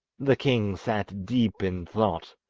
the king sat deep in thought,